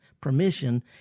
permission